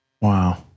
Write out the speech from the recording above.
Wow